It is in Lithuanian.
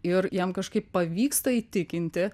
ir jam kažkaip pavyksta įtikinti